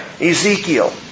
Ezekiel